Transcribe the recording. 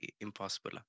impossible